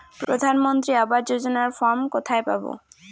প্রধান মন্ত্রী আবাস যোজনার ফর্ম কোথায় পাব?